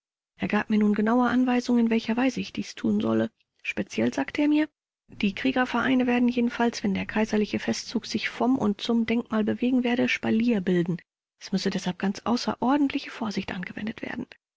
er gab mir nun genaue anweisungen in welcher weise ich dies tun solle speziell sagte er mir die kriegervereine werden jedenfalls wenn der kaiserliche festzug sich vom und zum denkmal bewegen werde spalier bilden es müsse deshalb ganz außerordentliche vorsicht angewendet werden